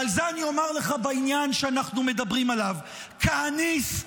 על זה אומר לך בעניין שאנחנו מדברים עליו: כהניסט,